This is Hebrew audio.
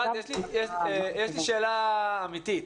יש לי שאלה אמיתית.